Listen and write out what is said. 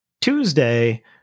Tuesday